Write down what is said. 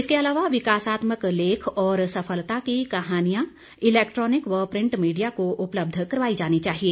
इसके अलावा विकासात्मक लेख और सफलता की कहानियां इलेक्ट्रानिक व प्रिंट मीडिया को उपलब्ध करवाई जानी चाहिए